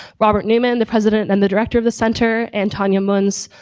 robert newman, the president and the director of the center, and tanya munns,